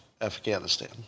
Afghanistan